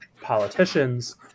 politicians